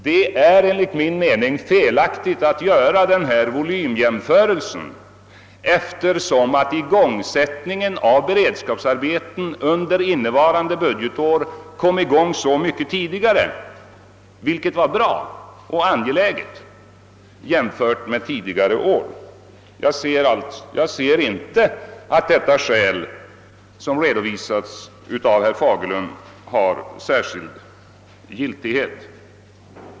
Det är enligt min mening felaktigt att göra en sådan volymjämförelse, eftersom igångsättningen av beredskapsarbeten under innevarande budgetår började så mycket tidigare än under föregående år, något som var bra och angeläget. Jag kan inte finna att detta skäl, som redovisades av herr Fagerlund, äger någon större giltighet.